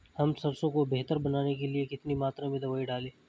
हम सरसों को बेहतर बनाने के लिए कितनी मात्रा में दवाई डालें?